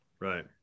Right